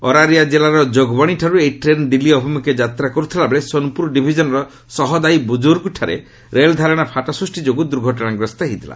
ଅରାରିଆ କିଲ୍ଲାର ଯୋଗ୍ବଶୀଠାରୁ ଏହି ଟ୍ରେନ୍ ଦିଲ୍ଲୀ ଅଭିମୁଖେ ଯାତ୍ରା କରୁଥିଲାବେଳେ ସୋନ୍ପୁର ଡିଭିଜିନର ସହଦାଇ ବୁଜୁର୍ଗ୍ଠାରେ ରେଳଧାରଣାରେ ଫାଟ ସ୍ଟଷ୍ଟି ଯୋଗୁଁ ଦୁର୍ଘଟଣାଗ୍ରସ୍ତ ହୋଇଥିଲା